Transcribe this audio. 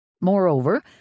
Moreover